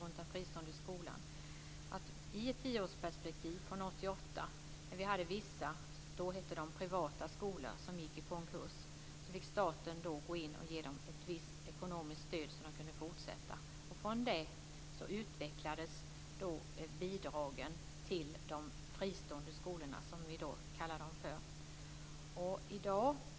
Jag vill då se detta i ett tioårsperspektiv från 1988. När vi hade vissa privata skolor, som de hette då, som gick i konkurs fick staten gå in och ge dem ett ekonomiskt stöd så att de kunde fortsätta. Från det utvecklades bidragen till de fristående skolorna, som vi i dag kallar dem.